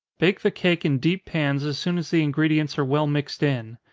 bake the cake in deep pans as soon as the ingredients are well mixed in.